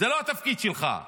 זה לא התפקיד שלך.